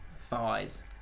thighs